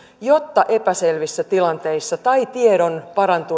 että epäselvissä tilanteissa tai tiedon